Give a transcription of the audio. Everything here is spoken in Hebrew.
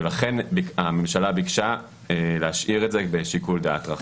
ולכן הממשלה ביקשה להשאיר את זה להשאיר את זה בשיקול דעת רחב.